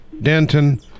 denton